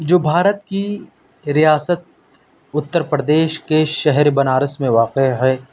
جو بھارت کی ریاست اتر پردیش کے شہر بنارس میں واقع ہے